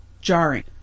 jarring